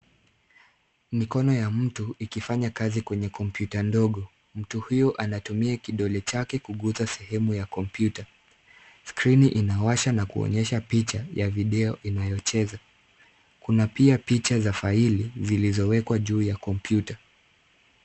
Mikono ya mtu ikifanya kazi kwenye kompyuta ndogo. Mtu huyu anatumia kidole chake kugusa sehemu ya kompyuta. Skrini inawasha na kuonyesha picha ya video inayocheza. Kuna pia picha za faili zilizowekwa juu ya kompyuta.